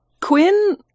Quinn